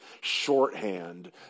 shorthand